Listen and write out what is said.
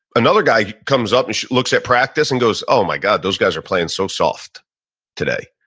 another guy comes up and looks at practice and goes, oh my god, those guys are playing so soft today.